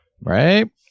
Right